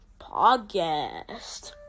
Podcast